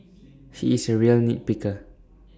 he is A real nit picker